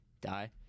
die